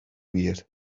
wir